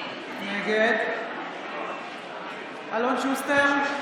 נגד אלון שוסטר,